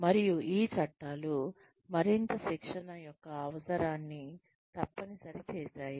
మరియు ఈ చట్టాలు మరింత శిక్షణ యొక్క అవసరాన్ని తప్పనిసరి చేసాయి